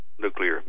nuclear